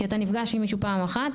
כי אתה נפגש עם מילואימית פעם אחת,